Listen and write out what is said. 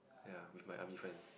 ya with my army friends